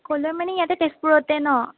ক'লৈ মানে ইয়াতে তেজপুৰতে ন'